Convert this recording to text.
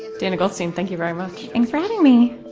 danielle, same thank you very much. thanks for having me.